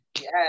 Yes